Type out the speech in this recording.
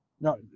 No